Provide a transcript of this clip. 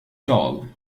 tall